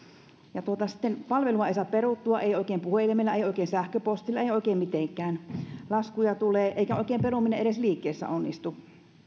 ja sitten palvelua ei saa peruttua ei oikein puhelimella ei oikein sähköpostilla ei oikein mitenkään laskuja tulee eikä peruminen edes liikkeessä oikein onnistu